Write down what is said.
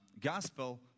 gospel